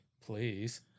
Please